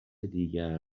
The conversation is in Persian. دیگر